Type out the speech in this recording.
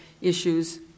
issues